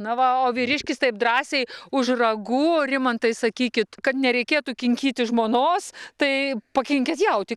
na va o vyriškis taip drąsiai už ragų rimantai sakykit kad nereikėtų kinkyti žmonos tai pakinkėt jautį